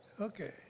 Okay